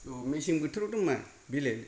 औ मेसें बोथोरावथ' मा बेलाय